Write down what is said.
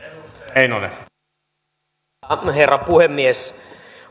arvoisa herra puhemies